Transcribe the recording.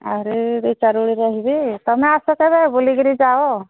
ଆହୁରି ଦୁଇ ଚାରି ଓଳି ରହିବି ତୁମେ ଆସ କେବେ ବୁଲିକରି ଯାଅ